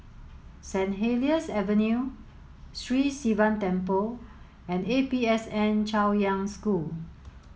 Saint Helier's Avenue Sri Sivan Temple and A P S N Chaoyang School